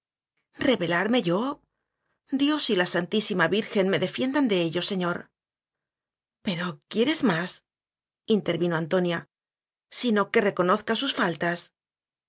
rebelarme yo dios y la santísima vir gen me defiendan de ello señor pero quieres másintervino antonia sino que reconozca sus faltas